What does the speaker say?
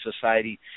society